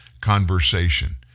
conversation